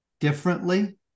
differently